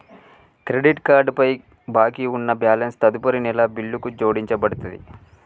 credit card పై బాకీ ఉన్న బ్యాలెన్స్ తదుపరి నెల బిల్లుకు జోడించబడతది